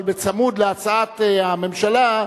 אבל בצמוד להצעת הממשלה,